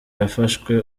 yafashwe